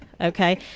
Okay